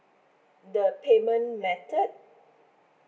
the payment method